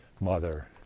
mother